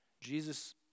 Jesus